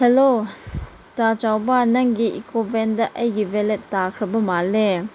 hello ꯇꯥ ꯆꯥꯎꯕ ꯅꯪꯒꯤ ꯏꯀꯣ ꯕꯦꯟꯗ ꯑꯩꯒꯤ ꯋꯥꯜꯂꯦꯠ ꯇꯥꯈ꯭ꯔꯕ ꯃꯥꯜꯂꯦ